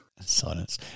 silence